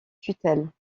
tutelle